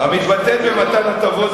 המתבטאת במתן הטבות,